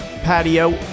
patio